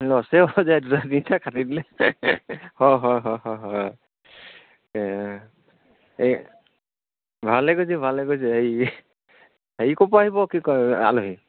লছে হৈ যায় দুটা তিনিটা কাটি দিলে হয় হয় হয় হয় হয় এই এই ভালে কৰিছে ভালে কৰিছে এই হেৰি ক'ৰপৰা আহিব কি কয় আলহী